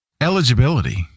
eligibility